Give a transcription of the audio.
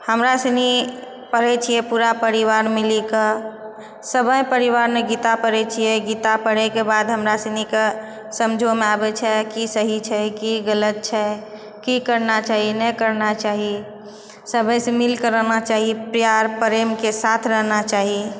हमरा सुनि पढ़ै छियै पूरा परिवार मिलीके सबे परिवारमे गीता पढ़ै छियै गीता पढ़ैके बाद हमरा सुनिके समझोमे आबै छै की सही छै की गलत छै की करना चाही नहि करना चाही सभसँ मिलके रहना चाही प्यार प्रेमके साथ रहना चाही